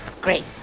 Great